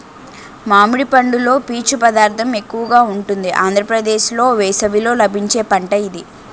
మామిడి పండులో పీచు పదార్థం ఎక్కువగా ఉంటుంది ఆంధ్రప్రదేశ్లో వేసవిలో లభించే పంట ఇది